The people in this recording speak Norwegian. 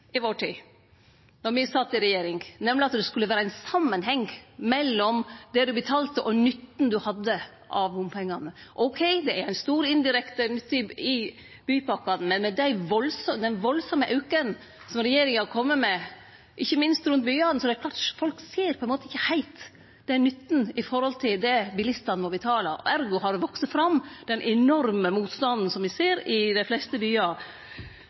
i vår tid, då me satt i regjering, nemleg at det skulle vere ein samanheng mellom det ein betalte og nytten ein hadde av bompengane. Ok, det er ein stor indirekte nytte i bypakkene, men med den kraftige auken som regjeringa har kome med – ikkje minst rundt byane – er det klart at folk ikkje heilt ser nytten i forhold til det bilistane må betale. Ergo har den enorme motstanden me ser i dei fleste